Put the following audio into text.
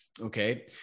okay